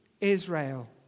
Israel